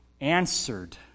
answered